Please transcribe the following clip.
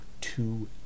two